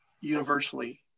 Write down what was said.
universally